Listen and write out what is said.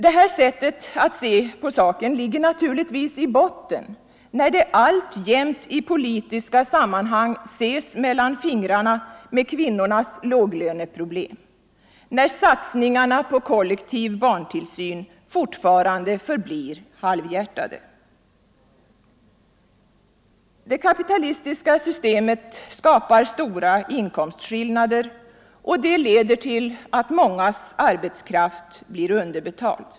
Detta sätt att se på saken ligger naturligtvis i botten, när det alltjämt i politiska sammanhang ses mellan fingrarna med kvinnornas låglöne: problem och när satsningarna på kollektiv barntillsyn fortfarande blir halvhjärtade. Det kapitalistiska systemet skapar stora inkomstskillnader, vilket leder till att mångas arbetskraft blir underbetald.